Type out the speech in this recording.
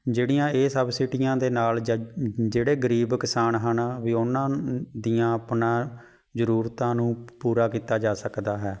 ਜਿਹੜੀਆਂ ਇਹ ਸਬਸਿਡੀਆਂ ਦੇ ਨਾਲ ਜ ਜਿਹੜੇ ਗਰੀਬ ਕਿਸਾਨ ਹਨ ਵੀ ਉਹਨਾਂ ਦੀਆਂ ਆਪਣਾ ਜ਼ਰੂਰਤਾਂ ਨੂੰ ਪੂਰਾ ਕੀਤਾ ਜਾ ਸਕਦਾ ਹੈ